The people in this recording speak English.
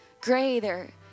greater